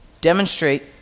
Demonstrate